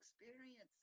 experiences